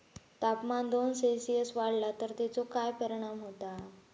तापमान दोन सेल्सिअस वाढला तर तेचो काय परिणाम होता?